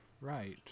right